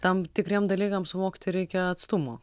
tam tikriem dalykam suvokti reikia atstumo